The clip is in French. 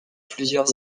plusieurs